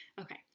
Okay